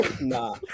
Nah